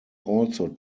also